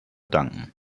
danken